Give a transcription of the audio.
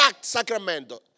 Sacramento